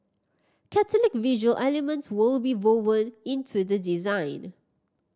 Catholic visual elements will be woven into the design